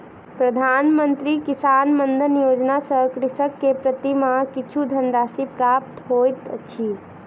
प्रधान मंत्री किसान मानधन योजना सॅ कृषक के प्रति माह किछु धनराशि प्राप्त होइत अछि